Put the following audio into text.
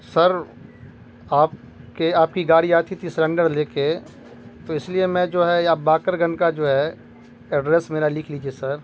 سر آپ کے آپ کی گاڑی آتی تھی سرنگڑ لے کے تو اس لیے میں جو ہے یہاں باقر گن کا جو ہے ایڈریس میرا لکھ لیجیے سر